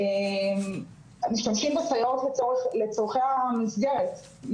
משתמשים בסייעות לצורכי המסגרת,